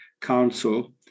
council